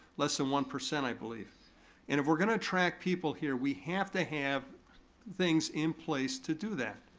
less than one percent i believe. and if we're gonna attract people here we have to have things in place to do that.